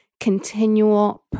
continual